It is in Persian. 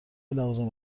لوازم